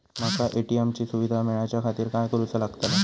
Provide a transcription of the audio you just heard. माका ए.टी.एम ची सुविधा मेलाच्याखातिर काय करूचा लागतला?